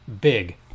big